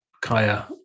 kaya